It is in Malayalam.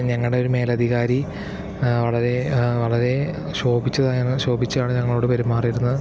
ഞങ്ങളുടെ ഒരു മേലധികാരി വളരെ വളരെ ക്ഷോഭിച്ചാണ് ക്ഷോഭിച്ചാണ് ഞങ്ങളോട് പെരുമാറിയിരുന്നത്